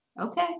Okay